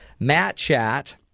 mattchat